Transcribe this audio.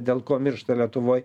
dėl ko miršta lietuvoj